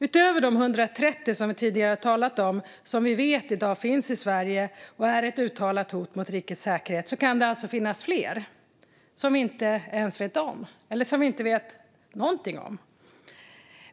Utöver de 130 som vi tidigare talat om, som vi vet finns i Sverige i dag och är ett uttalat hot mot rikets säkerhet, kan det alltså finnas fler som vi inte ens vet om och inte vet någonting om.